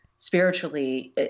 spiritually